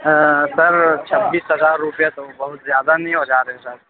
سر چھبیس ہزار روپے تو بہت زیادہ نہیں ہو جا رہے سر